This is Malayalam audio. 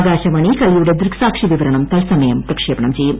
ആകാശവാണി കളിയുടെ ദൃക്സാക്ഷി വിവരണം തൽസമയം പ്രക്ഷേപണം ചെയ്യും